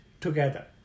together